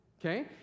okay